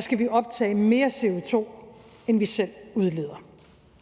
skal vi optage mere CO2, end vi selv udleder.